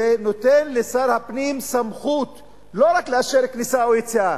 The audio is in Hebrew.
זה נותן לשר הפנים סמכות לא רק לאשר כניסה או יציאה,